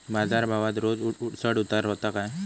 बाजार भावात रोज चढउतार व्हता काय?